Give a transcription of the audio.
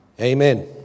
Amen